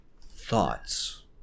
thoughts